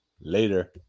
Later